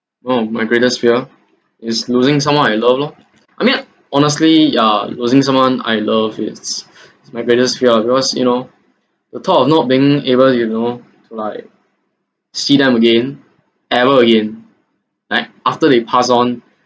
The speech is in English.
oh my greatest fear is losing someone I love lor I mean honestly ya losing someone I love is is my greatest fear because you know the thought of not being able you know to like see them again even again like after they pass on